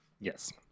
yes